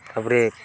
ତାପରେ